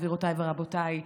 גבירותיי ורבותיי.